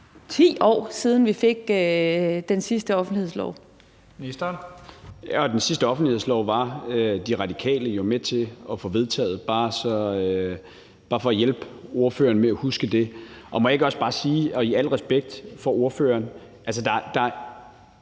Justitsministeren (Peter Hummelgaard): Ja, og den sidste offentlighedslov var De Radikale jo med til at få vedtaget. Det er bare for at hjælpe ordføreren med at huske det. Og må jeg ikke også bare sige – og i al respekt for ordføreren